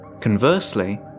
Conversely